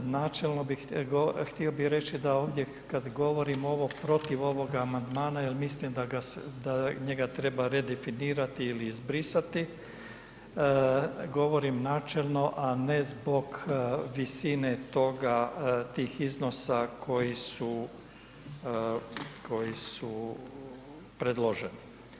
Načelno htio bih reći da ovdje kada govorim ovo protiv ovoga amandmana jer mislim da njega treba redefinirati ili izbrisati, govorim načelno a ne zbog visine toga, tih iznosa koji su predloženi.